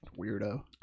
weirdo